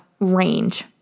range